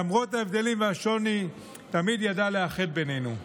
למרות ההבדלים והשוני, תמיד ידע לאחד בינינו.